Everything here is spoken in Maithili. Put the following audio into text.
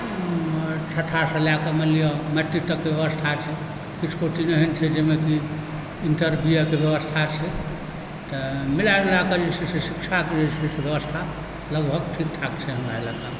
छठासँ लएके मानि लिऽ मैट्रीक तकके व्यवस्था छै किछु कोचिंग एहन छै जाहिमे कि इंटरके भी व्यवस्था छै तऽ मिला जुलाके जे छै शिक्षाक व्यवस्था जे छै हमरा सभके लगभग ठीक ठाक छै हमरा इलाकामे